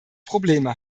probleme